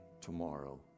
tomorrow